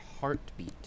heartbeat